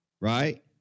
right